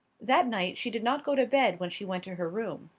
that night she did not go to bed when she went to her room.